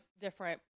different